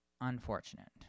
unfortunate